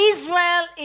Israel